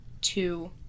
two